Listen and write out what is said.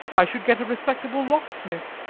i should get a respectable locksmith,